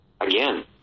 Again